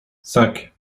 cinq